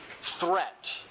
threat